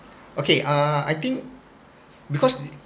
okay uh I think because